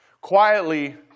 quietly